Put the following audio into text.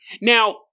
Now